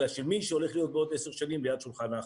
אלא של מי שהולך להיות בעוד עשר שנים ליד שולחן ההחלטות.